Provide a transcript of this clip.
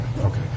Okay